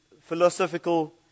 philosophical